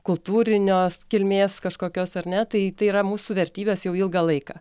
kultūrinios kilmės kažkokios ar ne tai tai yra mūsų vertybės jau ilgą laiką